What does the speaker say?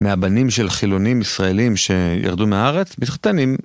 מהבנים של חילונים ישראלים שירדו מארץ, מתחתן עם